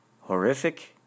Horrific